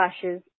flashes